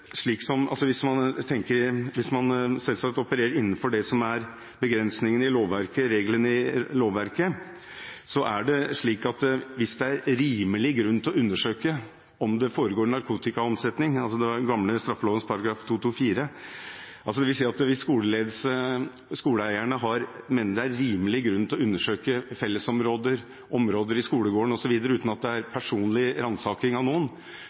hvis man opererer innenfor begrensningene og reglene i lovverket, er det slik at hvis det er rimelig grunn til å undersøke om det foregår narkotikaomsetning – ut fra den gamle straffeloven § 224 – altså hvis skoleledelse og skoleeierne mener det er rimelig grunn til å undersøke fellesområder, områder i skolegården osv., uten at det er personlig ransaking av noen,